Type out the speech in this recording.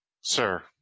sir